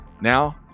Now